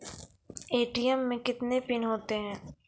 ATM मे कितने PIN होता हैं?